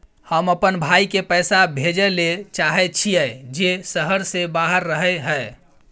हम अपन भाई के पैसा भेजय ले चाहय छियै जे शहर से बाहर रहय हय